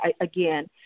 again –